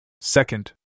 Second